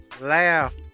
Laugh